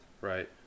right